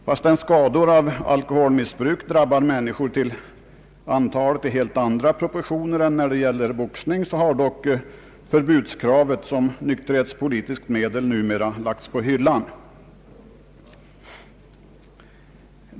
Fastän skador av alkoholmissbruk drabbar människor till antal av helt andra proportioner än skador till följd av boxning har dock kra vet på förbud som nykterhetspolitiskt medel numera lagts på hyllan.